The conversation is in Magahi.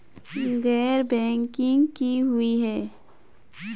गैर बैंकिंग की हुई है?